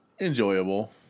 enjoyable